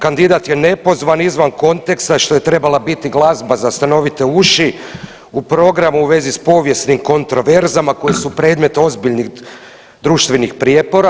Kandidat je nepozvan, izvan konteksta što je trebala biti glazba za stanovite uši u programu u vezi s povijesnim kontraverzama koje su predmet ozbiljnih društvenih prijepora.